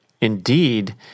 indeed